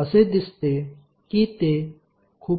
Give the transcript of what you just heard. असे दिसते की ते खूपच गुंतागुंतीचे आहे